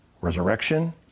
Resurrection